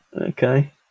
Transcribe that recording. Okay